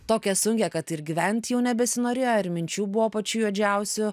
tokią sunkią kad ir gyventi jau nebesinorėjo ir minčių buvo pačių juodžiausių